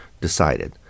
decided